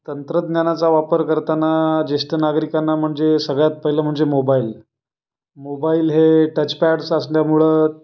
तंत्रज्ञानाचा वापर करताना ज्येष्ठ नागरिकांना म्हणजे सगळ्यात पहिले म्हणजे मोबाईल मोबाईल हे टचपॅडचं असल्यामुळं